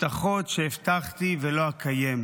/ יש הבטחות למשל שהבטחתי / ולא אקיים.